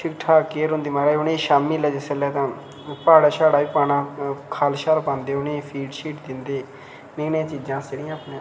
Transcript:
ठीक ठाक केयर होंदी महाराज उनेंगी शामीं लै जिसलै तां प्हाड़ा शाड़ा बी पाना खल शल पांदे उनेंगी फीड शीड दिंदे एह् नेहियां चीज़ां अस जेह्ड़ियां अपनै